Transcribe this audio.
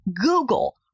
Google